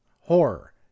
horror